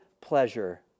pleasure